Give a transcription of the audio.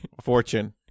Fortune